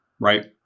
right